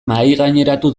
mahaigaineratu